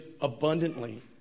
abundantly